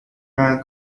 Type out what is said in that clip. man